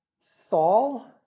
Saul